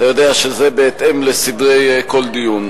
אתה יודע שזה בהתאם לסדרי כל דיון.